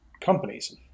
companies